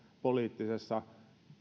poliittisessa